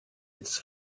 its